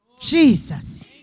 Jesus